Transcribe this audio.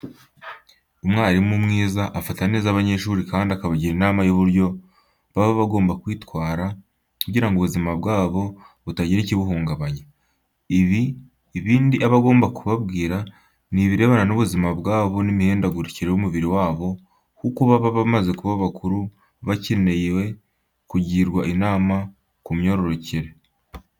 Umwarimu mwiza afata neza abanyeshuri kandi akabagira inama y'uburyo baba bagombwa kwitwara, kugira ngo ubuzima bwabo butagira ikibuhungabanya. Ibindi aba agomba kubabwira ni ibirebana n'ubuzima bwabo n'imihindagurikire y'umubiri wabo kuko baba bamaze kuba bakuru bakenewe kugirwa inama ku myororokere.